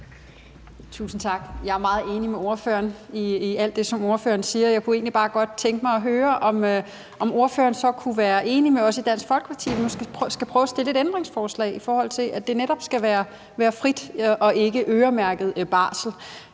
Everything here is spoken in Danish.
Tusind tak. Jeg er meget enig med ordføreren i alt det, som ordføreren siger. Jeg kunne egentlig bare godt tænke mig at høre, om ordføreren så kunne være enig med os i Dansk Folkeparti om måske at prøve at stille et ændringsforslag, i forhold til at det netop skal være frit og ikke øremærket barsel.